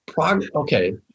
Okay